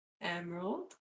emerald